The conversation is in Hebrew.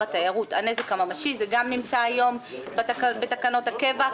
התיירות הנזק הממשי," זה גם נמצא היום בתקנות הקבע.